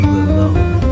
alone